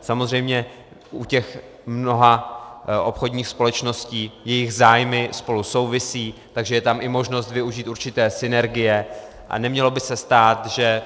Samozřejmě u těch mnoha obchodních společností jejich zájmy spolu souvisí, takže je tam i možnost využít určité synergie a nemělo by se stát, že